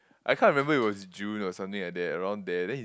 I can't remember it was June or something like that around there then he